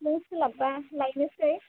न'आव सोलाब्बा लायनोसै